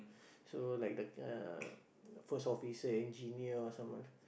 so like the uh first officer engineer or someone